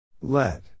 Let